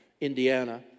Indiana